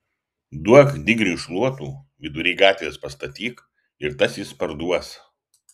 duok digriui šluotų vidury gatvės pastatyk ir tas jis parduos